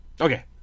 Okay